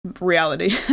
reality